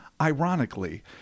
Ironically